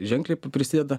ženkliai prisideda